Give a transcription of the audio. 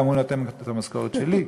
גם הוא נותן כסף למשכורת שלי,